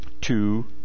two